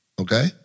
Okay